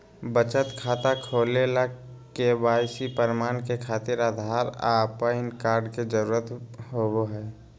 बचत खाता खोले ला के.वाइ.सी प्रमाण के खातिर आधार आ पैन कार्ड के जरुरत होबो हइ